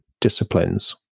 disciplines